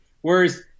Whereas